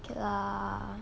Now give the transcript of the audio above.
k lah